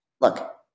Look